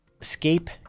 Escape